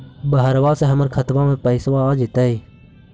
बहरबा से हमर खातबा में पैसाबा आ जैतय?